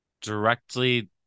directly